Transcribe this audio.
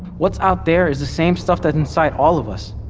what's out there is the same stuff that's inside all of us,